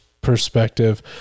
perspective